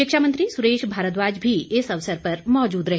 शिक्षा मंत्री सुरेश भारद्वाज भी इस अवसर पर मौजूद रहे